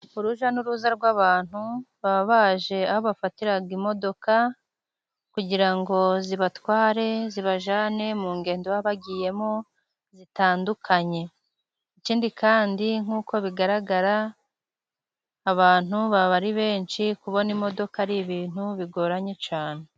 Urujya n'uruza rw'abantu baba baje aho bafatira imodoka, kugira ngo zibatware zibajyane mu ngendo baba bagiyemo zitandukanye, ikindi kandi nk'uko bigaragara abantu baba ari benshi kubona imodoka ari ibintu bigoranye cyane.